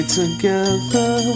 together